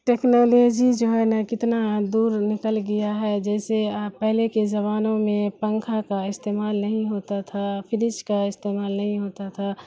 technology جو ہے نا کتنا دور نکل گیا ہے جیسے پہلے کے زمانا میں پنکھا کا استعمال نہیں ہوتا تھا فریج کا استعمال نہیں ہوتا تھا